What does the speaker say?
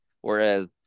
Whereas